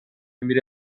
میره